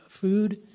food